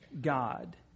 God